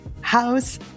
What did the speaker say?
House